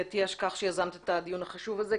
עטייה על שיזמת את הדיון החשוב הזה.